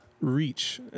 reach